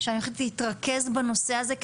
שאני הולכת להתרכז בנושא הזה,